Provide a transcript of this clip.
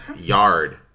yard